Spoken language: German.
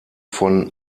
von